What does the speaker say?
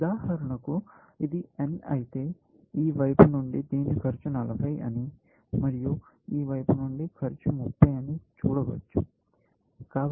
ఉదాహరణకు ఇది n అయితే ఈ వైపు నుండి దీని ఖర్చు 40 అని మరియు ఈ వైపు నుండి ఖర్చు 30 అని చూడవచ్చు